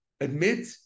admit